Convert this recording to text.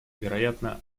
вероятно